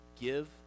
Give